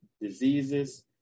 diseases